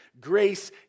Grace